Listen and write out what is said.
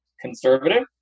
conservative